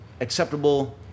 Acceptable